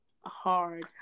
hard